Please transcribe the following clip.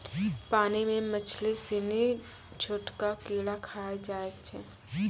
पानी मे मछली सिनी छोटका कीड़ा खाय जाय छै